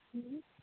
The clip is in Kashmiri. ٹھیٖک